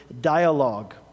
dialogue